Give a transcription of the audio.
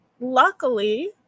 luckily